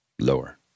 lower